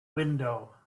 window